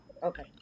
Okay